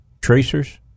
Tracers